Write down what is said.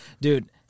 dude